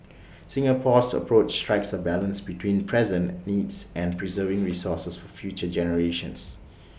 Singapore's approach strikes A balance between present needs and preserving resources for future generations